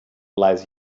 lies